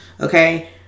Okay